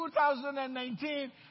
2019